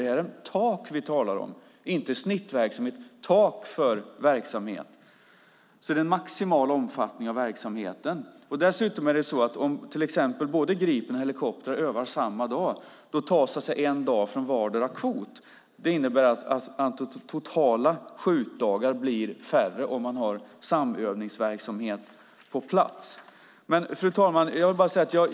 Det är ett tak vi talar om och inte snittverksamhet. Det är ett tak för verksamheten. Det är en maximal omfattning av verksamheten vi talar om. Om till exempel både Gripen och helikoptrar övar samma dag tas en dag från vardera kvoten. Det innebär att antalet totala skjutdagar blir färre om man har samövningsverksamhet på plats. Fru talman!